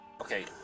Okay